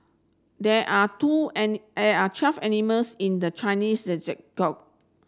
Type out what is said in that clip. there are two there are twelve animals in the Chinese